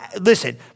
listen